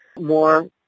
more